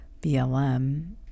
BLM